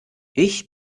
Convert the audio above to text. ich